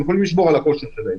הם יכולים לשמור על הכושר שלהם.